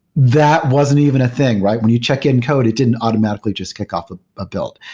that wasn't even a thing, right? when you check in code, it didn't automatically just kick off ah a build.